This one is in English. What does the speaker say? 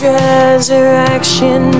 resurrection